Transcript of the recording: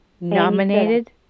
Nominated